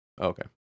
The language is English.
Okay